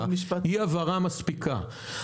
היא הבהרה מספיקה.